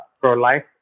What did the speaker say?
pro-life